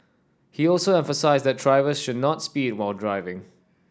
he also emphasised that drivers should not speed when driving